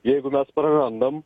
jeigu mes prarandam